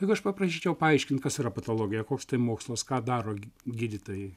jeigu aš paprašyčiau paaiškint kas yra patologija koks tai mokslas ką daro gydytojai